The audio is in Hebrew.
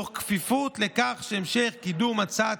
יתבצע תוך כפיפות לכך שהמשך קידום הצעת